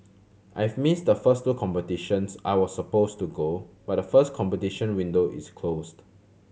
I've missed the first two competitions I was supposed to go to but the first competition window is closed